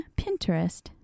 Pinterest